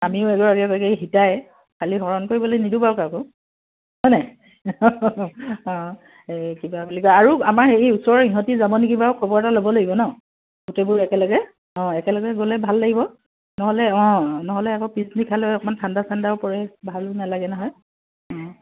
আমিও এগৰাকী এগৰাকী সীতাই খালী হৰণ কৰিবলৈ নিদো বাৰু কাকো হয় নাই অ' কিবা বুলি কয় আৰু আমাৰ ওচৰৰে ইহঁতি যাব নেকি বাৰু খবৰ এটা ল'ব লাগিব ন গোটেইবোৰ একেলগে অ' একেলগে গ'লে ভাল লাগিব নহ'লে অ' নহ'লে আকৌ পিছ নিশালৈ অকণমান ঠাণ্ডা ঠাণ্ডাও পৰে ভালো নালাগে নহয়